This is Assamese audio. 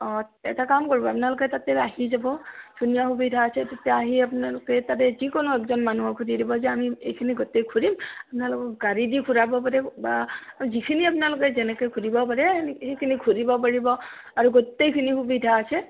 অ' এটা কাম কৰিব আপোনালোকে তাতে আহি যাব ধুনীয়া সুবিধা আছে তাতে আহি আপোনালোকে তাতে যিকোনো একজন মানুহক সুধি দিব যে আমি এইখিনি গোটেই ফুৰিম আপোনালোকক গাড়ী দি ঘূৰাব পাৰিব বা যিখিনি আপোনালোকে যেনেকৈ ঘূৰিব পাৰে সেইখিনি ঘূৰিব পাৰিব আৰু গোটেইখিনি সুবিধা আছে